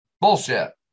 Bullshit